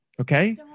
Okay